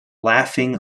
laughing